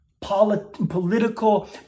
political